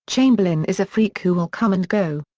chamberlain is a freak who will come and go.